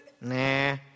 Nah